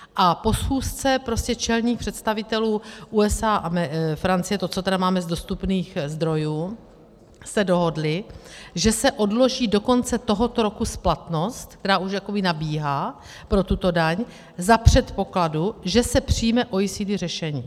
A po schůzce čelných představitelů USA a Francie, to, co tedy máme z dostupných zdrojů, se dohodli, že se odloží do konce tohoto roku splatnost, která už jakoby nabíhá pro tuto daň za předpokladu, že se přijme OECD řešení.